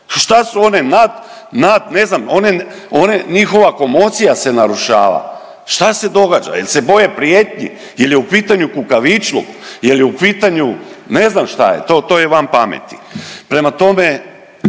nad, ne znam, one, one, njihova komocija se narušava. Šta se događa? Jel se boje prijetnji, jel je u pitanju kukavičluk, jel je u pitanju, ne znam šta, to to je van pameti. Prema tome